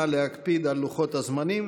נא להקפיד על לוחות הזמנים.